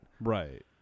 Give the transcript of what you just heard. Right